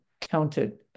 counted